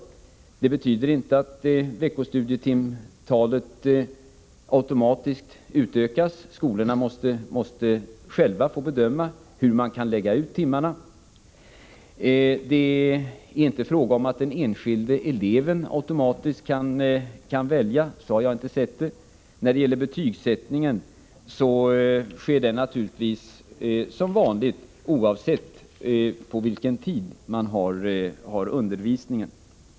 Vårt förslag betyder således inte att studietimtalet per vecka automatiskt utökas. Skolorna måste själva få bedöma hur de kan lägga ut timmarna. Det är inte heller fråga om att den enskilde eleven automatiskt kan välja — så har jag inte sett det. Betygsättningen sker naturligtvis som vanligt, oavsett på vilken tid som eleven får undervisningen.